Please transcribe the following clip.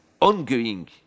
ongoing